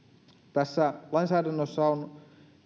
tässä lainsäädännössä on